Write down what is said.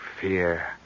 fear